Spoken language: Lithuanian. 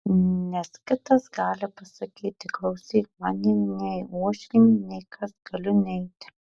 nes kitas gali pasakyti klausyk man ji nei uošvienė nei kas galiu neiti